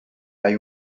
hay